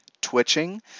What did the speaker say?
twitching